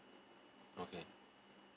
okay